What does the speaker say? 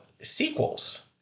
sequels